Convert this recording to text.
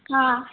हा